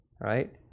right